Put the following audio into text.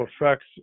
effects